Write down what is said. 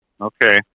Okay